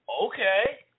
Okay